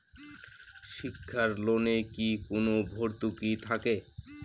শিক্ষার লোনে কি কোনো ভরতুকি থাকে?